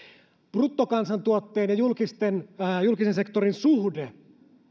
bruttokansantuotteen ja julkisen sektorin suhde